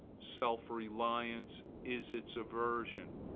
self-reliance is its aversion.